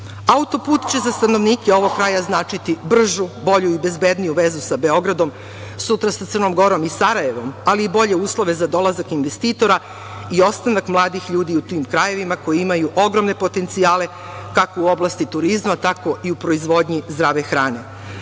će za stanovnike ovog kraja značiti bržu, bolju i bezbedniju vezu sa Beogradom, sutra sa Crnom Gorom i Sarajevom, ali i bolje uslove za dolazak investitora i ostanak mladih ljudi u tim krajevima, koji imaju ogromne potencijale kako u oblasti turizma, tako i u proizvodnji zdrave